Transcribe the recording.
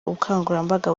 ubukangurambaga